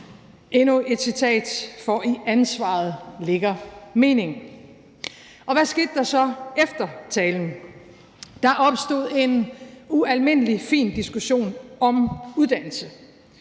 skrøbeligt.« »For i ansvaret ligger meningen.« Og hvad skete der så efter talen? Der opstod en ualmindelig fin diskussion om uddannelse.